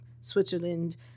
Switzerland